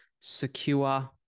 secure